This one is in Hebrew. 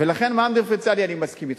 ולכן, לגבי מע"מ דיפרנציאלי, אני מסכים אתך.